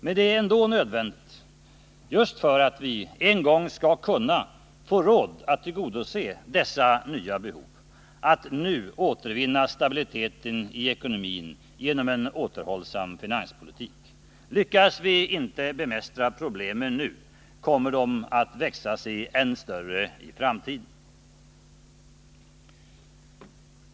Men det är ändå nödvändigt — just för att vi en gång skall kunna få råd att tillgodose dessa nya behov — att nu återvinna stabiliteten i ekonomin genom en återhållsam finanspolitik. Lyckas vi inte bemästra problemen nu kommer de att växa sig än större i framtiden.